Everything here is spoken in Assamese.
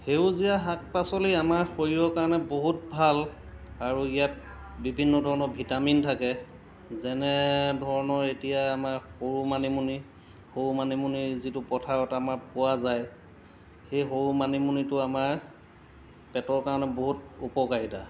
সেউজীয়া শাক পাচলি আমাৰ শৰীৰৰ কাৰণে বহুত ভাল আৰু ইয়াত বিভিন্ন ধৰণৰ ভিটামিন থাকে যেনে ধৰণৰ এতিয়া আমাৰ সৰু মানিমুনি সৰু মানিমুনি যিটো পথাৰত আমাৰ পোৱা যায় সেই সৰু মানিমুনিটো আমাৰ পেটৰ কাৰণে বহুত উপকাৰিতা